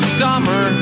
summer